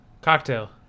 Cocktail